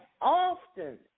often